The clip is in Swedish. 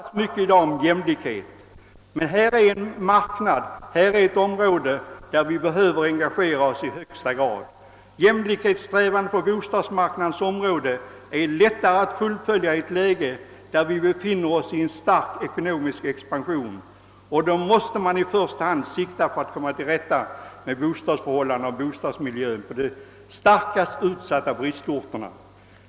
Det har i dag talats mycket om jämlikhet. Detta är ett område där vi i högsta grad behöver engagera oss. Jämlikhetssträvandena på bostadsmarknadens område är lättare att fullfölja i ett läge, där vi befinner oss i en stark ekonomisk expansion. Därvid måste man i första hand sikta på att komma till rätta med bostadsförhållandena och bostadsmiljön på de värst utsatta bristorterna.